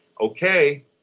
okay